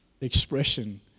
expression